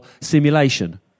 simulation